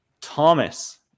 Thomas